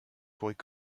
pourrait